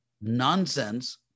nonsense